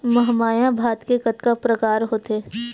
महमाया भात के कतका प्रकार होथे?